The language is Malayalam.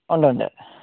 ഉണ്ട് ഉണ്ട്